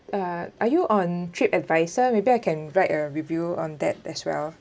uh are you on Tripadvisor maybe I can write a review on that as well